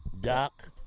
Doc